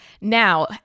Now